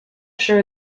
sure